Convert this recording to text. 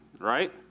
right